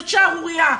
זאת שערורייה.